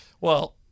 Well-